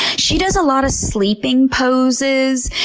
she does a lot of sleeping poses,